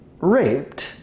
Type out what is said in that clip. raped